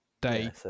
day